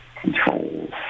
Controls